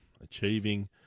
achieving